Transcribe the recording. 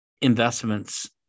investments